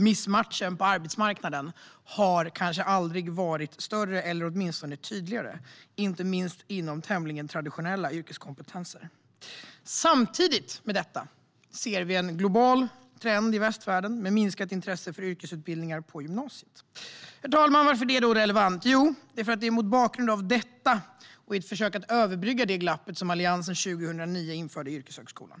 Missmatchningen på arbetsmarknaden har kanske aldrig varit större eller åtminstone aldrig varit tydligare, inte minst inom tämligen traditionella yrkeskompetenser. Samtidigt ser vi en global trend i västvärlden med ett minskat intresse för yrkesutbildningar på gymnasiet. Herr talman! Varför är detta relevant? Jo, därför att det var mot bakgrund av detta och i ett försök att överbrygga detta glapp som Alliansen 2009 införde yrkeshögskolan.